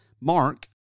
Mark